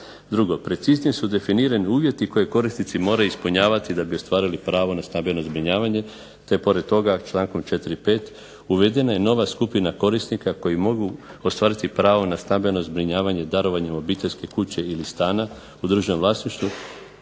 Drugo, preciznije su definirani uvjeti koje korisnici moraju ispunjavati da bi ostvarili pravo na stambeno zbrinjavanje, te pored toga člankom 4. i 5. uvedena je nova skupina korisnika koji mogu ostvariti pravo na stambeno zbrinjavanje, darovanje obiteljske kuće ili stana u državnom vlasništvu,